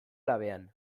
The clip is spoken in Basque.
labean